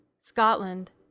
Scotland